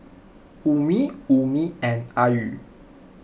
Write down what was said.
Ummi Ummi and Ayu